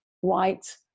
white